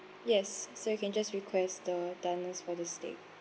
yes so you can just request the doneness for the state